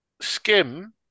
Skim